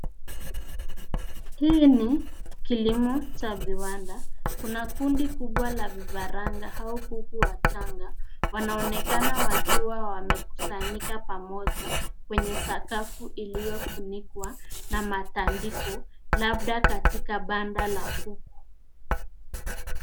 Hii ni kilimo cha viwanda. Kuna kundi kubwa la vifaranga au kuku wachanga. Wanaonekana wakiwa wamekusanyika pamoja kwenye sakafu iliyofunikwa na matandiko labda katika banda la kuku.